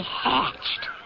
hatched